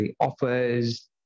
offers